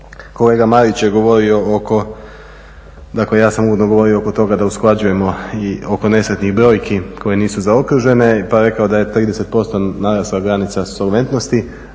kolega Marić je govorio oko, dakle ja sam uvodno govorio oko toga da usklađujemo i oko nesretnih brojki koje nisu zaokružene pa rekao da je 30% narasla granica solventnosti.